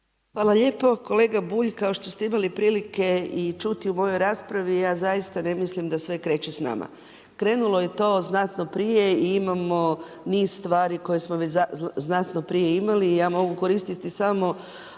Hvala lijepo. Kolega Bulj, kao što ste imali prilike čuti u mojoj raspravi ja zaista ne mislim da sve kreće s nama. Krenulo je to znatno prije i imamo niz stvari koje smo već znatno prije imali i ja mogu koristiti samo